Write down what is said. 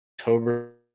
october